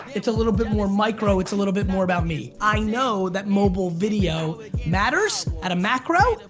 it's a little bit more micro. it's a little bit more about me. i know that mobile video matters at a macro,